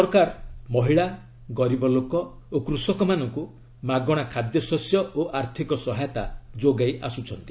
ସରକାର ମହିଳା ଗରିବ ଲୋକ ଓ କୃଷକମାନଙ୍କୁ ମାଗଣା ଖାଦ୍ୟଶସ୍ୟ ଓ ଆର୍ଥକ ସହାୟତା ଯୋଗାଇ ଆସୁଛନ୍ତି